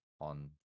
on